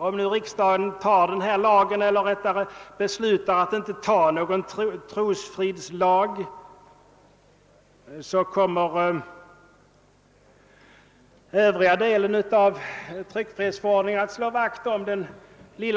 Om nu riksdagen beslutar att inte ta någon trosfridslag, kommer den övriga delen av tryckfrihetsförordningen för framtiden att slå vakt